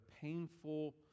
painful